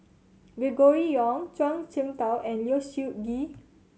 Gregory Yong Zhuang Shengtao and Low Siew Nghee